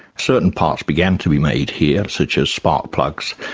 certain parts began to be made here, such as spark-plugs,